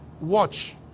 Watch